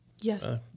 Yes